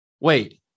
wait